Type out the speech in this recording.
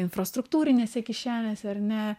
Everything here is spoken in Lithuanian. infrastruktūrinėse kišenėse ar ne